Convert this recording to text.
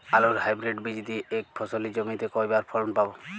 আলুর হাইব্রিড বীজ দিয়ে এক ফসলী জমিতে কয়বার ফলন পাব?